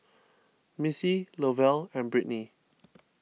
Missie Lovell and Brittnee